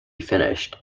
finished